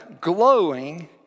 glowing